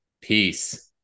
Peace